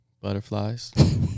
butterflies